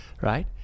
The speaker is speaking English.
Right